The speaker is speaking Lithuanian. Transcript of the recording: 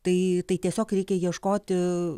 tai tai tiesiog reikia ieškoti